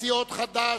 מסיעות חד"ש,